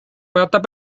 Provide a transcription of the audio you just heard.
but